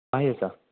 पायस